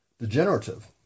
degenerative